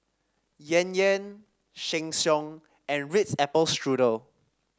Yan Yan Sheng Siong and Ritz Apple Strudel